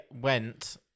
went